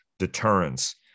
Deterrence